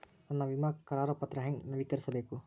ನನ್ನ ವಿಮಾ ಕರಾರ ಪತ್ರಾ ಹೆಂಗ್ ನವೇಕರಿಸಬೇಕು?